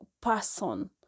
person